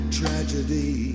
tragedy